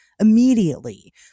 Immediately